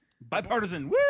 Bipartisan